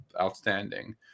outstanding